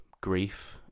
grief